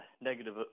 negative